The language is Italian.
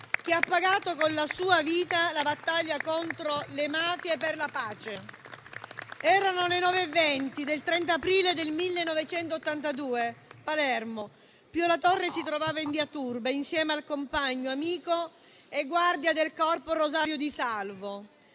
che ha pagato con la sua vita la battaglia contro le mafie per la pace. Erano le ore 9,20 del 30 aprile 1982 e Pio La Torre si trovava in via Turba, a Palermo, insieme al compagno, amico e guardia del corpo Rosario Di Salvo,